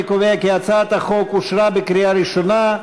אני קובע כי הצעת החוק אושרה בקריאה ראשונה,